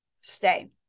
stay